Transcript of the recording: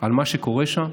על מה שקורה שם.